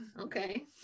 okay